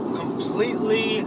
completely